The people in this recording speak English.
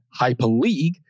Hyperleague